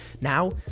Now